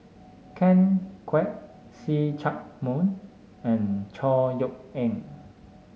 Ken Kwek See Chak Mun and Chor Yeok Eng